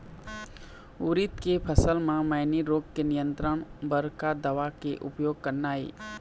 उरीद के फसल म मैनी रोग के नियंत्रण बर का दवा के उपयोग करना ये?